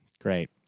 Great